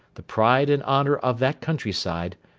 the pride and honour of that countryside,